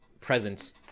present